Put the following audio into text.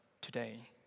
today